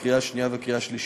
לקריאה השנייה ולקריאה השלישית.